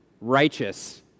righteous